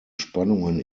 spannungen